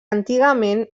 antigament